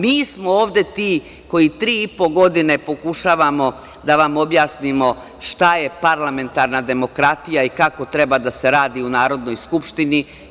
Mi smo ovde ti koji tri i po godine pokušavamo da vam objasnimo šta je parlamentarna demokratija i kako treba da se radi u Narodnoj skupštini.